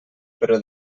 però